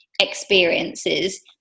experiences